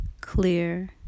clear